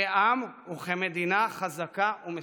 כעם וכמדינה חזקה ומשגשגת.